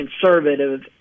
conservative